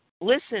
listen